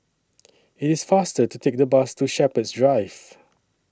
IT IS faster to Take The Bus to Shepherds Drive